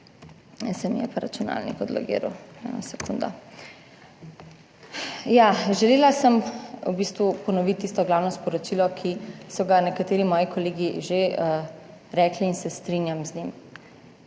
Ja, želela sem v bistvu ponoviti tisto glavno sporočilo, ki so ga nekateri moji kolegi že rekli in se strinjam z njim.